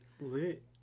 Lit